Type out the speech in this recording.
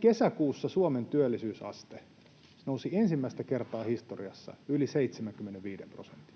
Kesäkuussa Suomen työllisyysaste nousi ensimmäistä kertaa historiassa yli 75 prosentin.